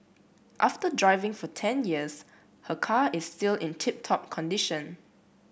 after driving for ten years her car is still in tip top condition